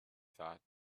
thought